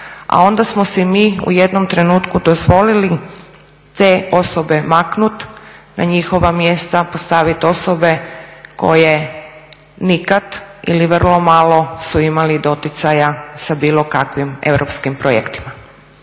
a onda smo si mi u jednom trenutku dozvolili te osobe maknuti na njihova mjesta, postaviti osobe koje nikada ili vrlo malo su imali doticaja sa bilo kakvim europskim projektima.